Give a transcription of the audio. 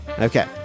okay